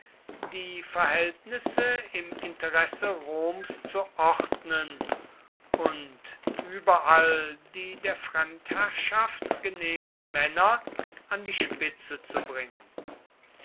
die verhältnisse im interesse roms zu ordnen und überall die der fremdherrschaft genehmen männer an die spitze zu bringen